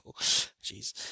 Jeez